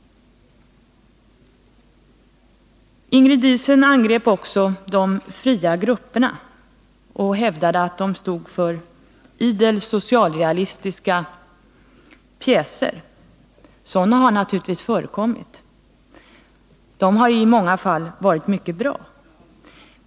Ingrid Diesen angrep också de fria grupperna och hävdade att de står för idel socialrealistiska pjäser. Sådana har naturligtvis förekommit, och de har i många fall varit mycket bra.